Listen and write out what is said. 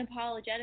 unapologetic